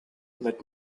let